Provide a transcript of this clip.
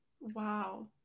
Wow